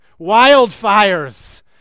Wildfires